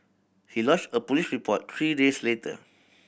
he lodged a police report three days later